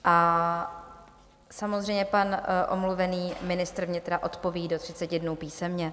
A samozřejmě pan omluvený ministr vnitra odpoví do 30 dnů písemně.